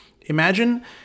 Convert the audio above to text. Imagine